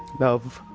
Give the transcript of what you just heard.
love,